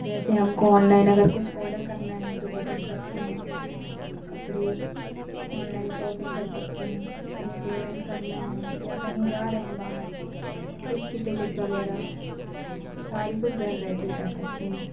ऐसे हमको ऑनलाइन अगर कुछ ओडर करना है तो कुछ कर सकते है कपड़े ऑनलाइन शोपिंग कर सकते हैं कहीं पेमेंट करना है कहीं जा रहे हैं बाहर तो उसकी टिकट वगैरह सारे कुछ घर बैठे ही कर सकते हैं